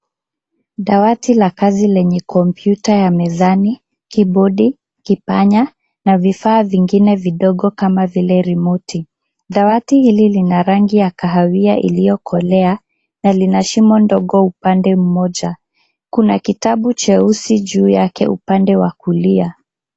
Dawati la kazi lenye kompyuta ya mezani, kibodi, kipanya na vifaa vingine vidogo kama vile rimoti. Dawati hili lina rangi ya kahawia iliyokolea na lina shimo ndogo upande moja. Kuna kitabu cheusi juu yake upande wa kulia.